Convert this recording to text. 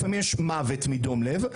לפעמים יש מקרי מוות מדום לב,